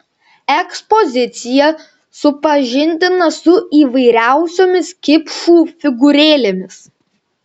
ekspozicija supažindina su įvairiausiomis kipšų figūrėlėmis